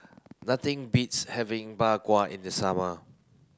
nothing beats having Bak Kwa in the summer